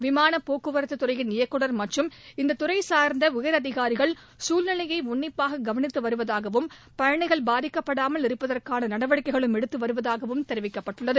விமானபோக்குவரத்துதுறையின் மற்றும் இந்ததுறைசார்ந்தஉயர் அதிகாரிகள் குழ்நிலையைஉன்னிப்பாககவனித்துவருவதாகவும் பயணிகள் பாதிக்கப்படாமல் இருப்பதற்கானநடவடிக்கைகளும் எடுத்துவருவதாகவும் தெரிவிக்கப்பட்டுள்ளது